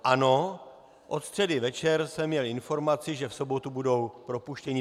Ano, od středy večer jsem měl informaci, že v sobotu budou propuštěni.